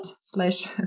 slash